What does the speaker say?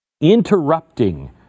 interrupting